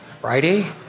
Friday